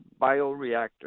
Bioreactor